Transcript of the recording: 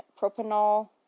propanol